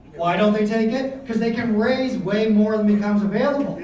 why don't they take it? cause they can raise way more than becomes available,